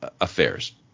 affairs